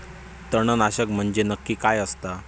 तणनाशक म्हंजे नक्की काय असता?